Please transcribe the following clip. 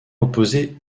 opposé